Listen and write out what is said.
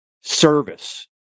service